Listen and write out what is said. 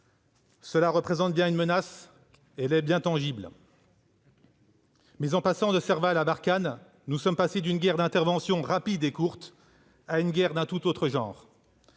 représentent une menace bien tangible. Mais, en passant de Serval à Barkhane, nous sommes passés d'une guerre d'intervention courte et rapide à une guerre d'un tout autre genre.